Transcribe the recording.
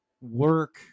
work